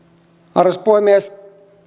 arvoisa puhemies